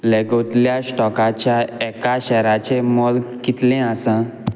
लेगोंतल्या स्टॉकाच्या एका शेराचें मोल कितलें आसा